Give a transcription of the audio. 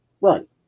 Right